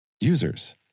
users